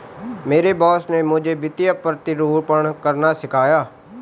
मेरे बॉस ने मुझे वित्तीय प्रतिरूपण करना सिखाया